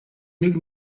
нэг